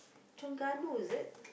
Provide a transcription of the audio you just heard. Terengganu is it